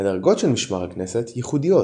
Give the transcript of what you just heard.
הדרגות של משמר הכנסת ייחודיות,